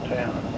town